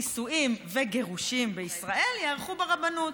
נישואים וגירושים בישראל ייערכו ברבנות.